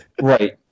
Right